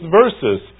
verses